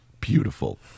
beautiful